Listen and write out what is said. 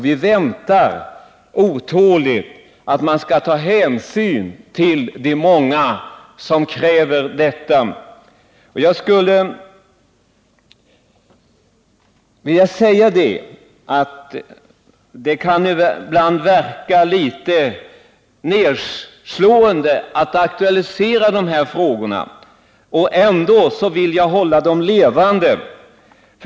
Vi väntar otåligt att man skall ta hänsyn till de många som kräver sådana program. Man kan ibland känna sig litet ensam att aktualisera dessa frågor, men ändå vill jag hålla dem levande.